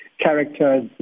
characters